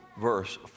Verse